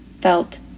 felt